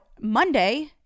Monday